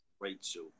Rachel